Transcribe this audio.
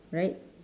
right